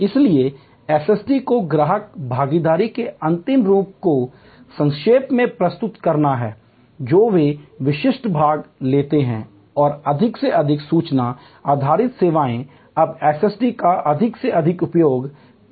इसलिए SST को ग्राहक भागीदारी के अंतिम रूप को संक्षेप में प्रस्तुत करना है जो वे विशिष्ट भाग लेते हैं और अधिक से अधिक सूचना आधारित सेवाएं अब SST का अधिक से अधिक उपयोग कर रहे हैं